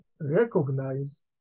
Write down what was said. recognize